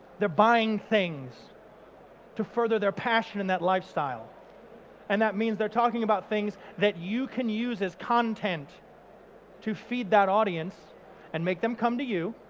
they're buying things to further their passion in that lifestyle and that means they're talking about things that you can use as content to feed that audience and make them come to you,